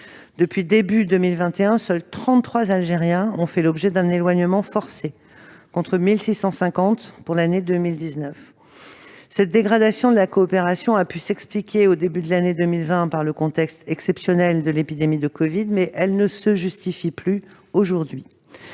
de l'année 2021, seuls 33 Algériens ont fait l'objet d'un éloignement forcé, contre 1 650 pour l'année 2019. « Cette dégradation de la coopération a pu s'expliquer au début de l'année 2020 par le contexte exceptionnel de l'épidémie de covid, mais elle ne se justifie plus aujourd'hui.